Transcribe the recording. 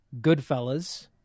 Goodfellas